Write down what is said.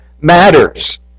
matters